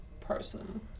person